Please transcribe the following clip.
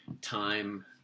time